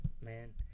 man